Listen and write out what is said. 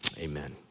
amen